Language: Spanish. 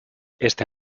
esta